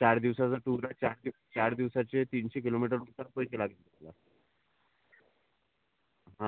चार दिवसाचं टूर आहे चार दिवसा चार दिवसाचे तीनशे किलोमीटरनुसार पैसे लागतील तुम्हाला हा